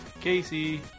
Casey